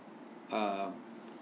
uh